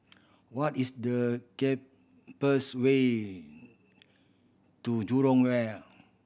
what is the way to Jurong Wharf